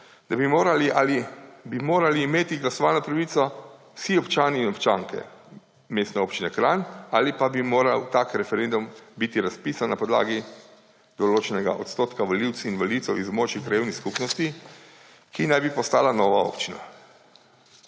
ali bi morali imeti glasovalno pravico vsi občani in občanke Mestne občine Kranj, ali pa bi moral tak referendum biti razpisan na podlagi določenega odstotka volivk in volivcev iz območij krajevnih skupnosti, ki naj bi postala nova občina.